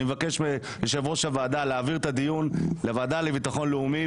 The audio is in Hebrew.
אני מבקש מיושב-ראש הוועדה להעביר את הדיון לוועדה לביטחון לאומי,